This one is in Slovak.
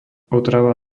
otrava